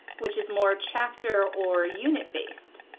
which is more chapter or unit-based.